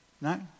No